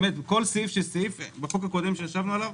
בהצעת החוק הקודמת שעליה דנו,